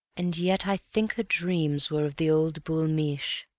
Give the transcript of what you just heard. and yet i think her dreams were of the old boul' mich',